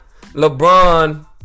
LeBron